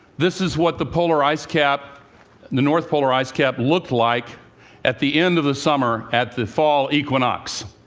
this is what the polar ice cap and the north polar ice cap looked like at the end of the summer, at the fall equinox.